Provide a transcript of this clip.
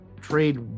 trade